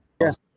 Yes